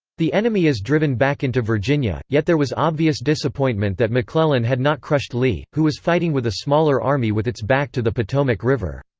the enemy is driven back into virginia. yet there was obvious disappointment that mcclellan had not crushed lee, who was fighting with a smaller army with its back to the potomac river.